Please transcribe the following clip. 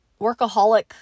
workaholic